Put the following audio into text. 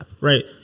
Right